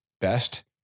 best